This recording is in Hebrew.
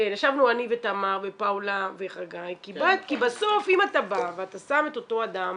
כי ישבנו אני ותמר ופאולה וחגי כי בסוף אם אתה בא ואתה שם את אותו אדם